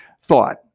thought